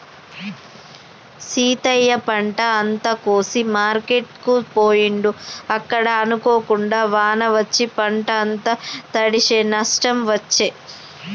సీతయ్య పంట అంత కోసి మార్కెట్ కు పోయిండు అక్కడ అనుకోకుండా వాన వచ్చి పంట అంత తడిశె నష్టం వచ్చే